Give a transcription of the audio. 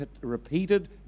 repeated